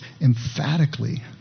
emphatically